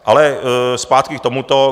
Ale zpátky k tomuto.